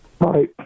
Hi